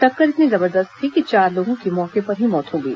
टक्कर इतनी जबरदस्त थी कि चार लोगों की मौके पर ही मौत हो गई